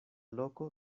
loko